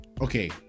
Okay